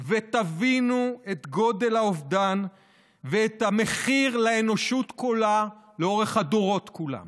ותבינו את גודל האובדן ואת המחיר לאנושות כולה לאורך הדורות כולם